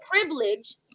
privilege